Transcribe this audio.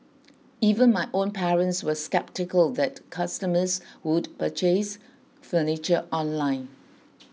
even my own parents were sceptical that customers would purchase furniture online